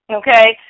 okay